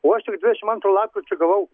o aš tik dvidešimt antro lapkričio gavau